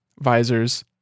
visors